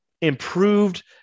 improved